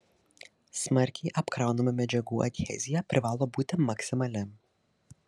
smarkiai apkraunamų medžiagų adhezija privalo būti maksimali